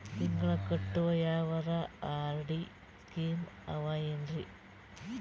ತಿಂಗಳ ಕಟ್ಟವು ಯಾವರ ಆರ್.ಡಿ ಸ್ಕೀಮ ಆವ ಏನ್ರಿ?